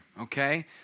okay